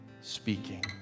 speaking